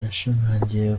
yashimangiye